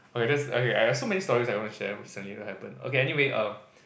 oh ya that is okay !aiya! got so many stories I'm gonna share recently what happen okay anyway err